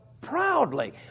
proudly